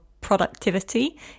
productivity